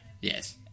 Yes